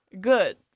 good